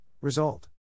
result